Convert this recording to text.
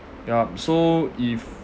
yup so if